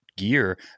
gear